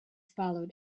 followed